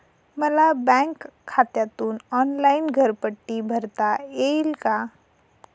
मला बँक खात्यातून ऑनलाइन घरपट्टी भरता येईल का?